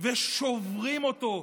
ושוברים אותו?